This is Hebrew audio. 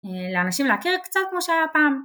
לאנשים להכיר קצת כמו שהיה פעם